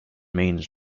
means